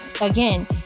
again